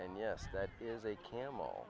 and yes that is a camel